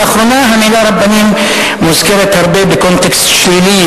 לאחרונה המלה "רבנים" מוזכרת הרבה בתקשורת בקונטקסט שלילי,